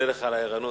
דיבר עד